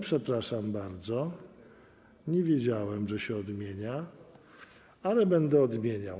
Przepraszam bardzo, nie wiedziałem, że się odmienia, ale będę odmieniał.